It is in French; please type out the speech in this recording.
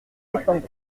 défendu